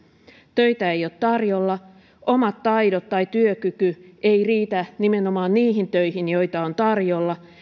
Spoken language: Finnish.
töitä ei ole tarjolla omat taidot tai työkyky eivät riitä nimenomaan niihin töihin joita on tarjolla